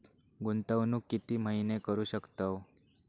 गुंतवणूक किती महिने करू शकतव?